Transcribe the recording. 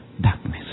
Darkness